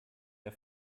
der